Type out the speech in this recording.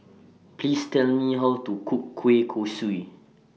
Please Tell Me How to Cook Kueh Kosui